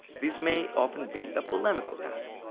this may often be a polemical task.